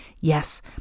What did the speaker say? Yes